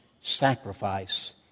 sacrifice